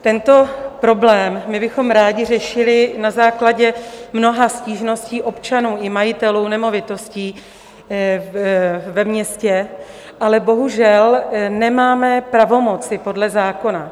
Tento problém bychom rádi řešili na základě mnoha stížností občanů i majitelů nemovitostí ve městě, ale bohužel nemáme pravomoci podle zákona.